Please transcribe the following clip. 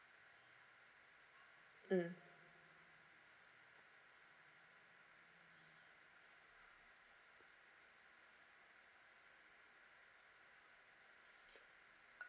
mm